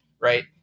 right